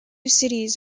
cities